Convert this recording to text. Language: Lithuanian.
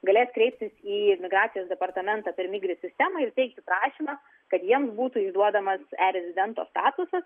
galės kreiptis į migracijos departamentą per migri sistemą ir teikti prašymą kad jiems būtų išduodamas erezidento statusas